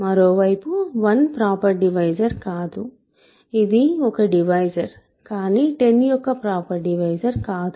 మరోవైపు 1 proper divisor కాదు ఇది ఒక డివైజర్కానీ 10 యొక్క ప్రాపర్ డివైజర్ కాదు